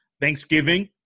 Thanksgiving